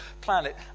planet